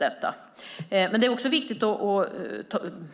Samtidigt är det viktigt att